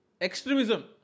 extremism